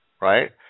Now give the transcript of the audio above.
right